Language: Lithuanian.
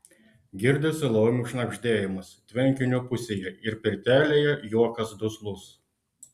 girdisi laumių šnabždėjimas tvenkinio pusėje ir pirtelėje juokas duslus